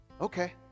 Okay